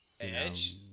edge